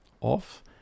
off